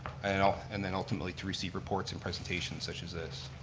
and and then ultimately to receive reports and presentations, such as this.